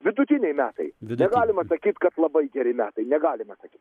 vidutiniai metai negalima sakyt kad labai geri metai negalima sakyt